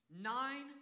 nine